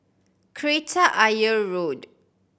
Kreta Ayer Road